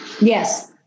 yes